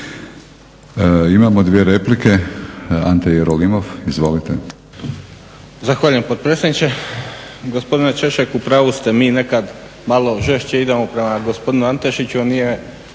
Imamo dvije replike. Ante Jerolimov, izvolite.